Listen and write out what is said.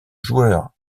joueur